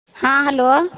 हॅं हेलो